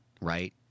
Right